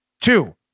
Two